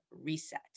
reset